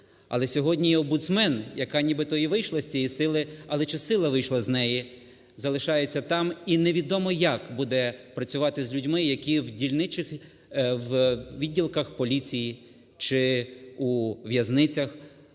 Але сьогодні і омбудсмен, яка нібито і вийшла з цієї сили, але чи сила вийшла з неї, залишається там, і невідомо як буде працювати з людьми, які в дільничних відділках поліції чи у в'язницях